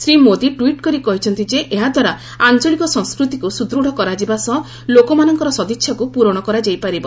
Shri Modi tweet କରି କହିଛନ୍ତି ଯେ ଏହା ଦ୍ୱାରା ଆଞ୍ଚଳିକ ସଂସ୍କୃତିକୁ ସୁଦୃତ୍ କରାଯିବା ସହ ଲୋକମାନଙ୍କର ସଦିଚ୍ଛାକୁ ପୂରଣ କରାଯାଇପାରିବ